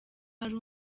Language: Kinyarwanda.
hari